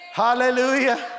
hallelujah